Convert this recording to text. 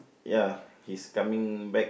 ya he's coming back